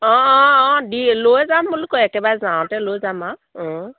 অঁ অঁ অঁ দি লৈ যাম বোলো আকৌ একেবাৰে যাওঁতে লৈ যাম আৰু অঁ